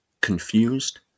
Confused